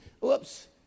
Whoops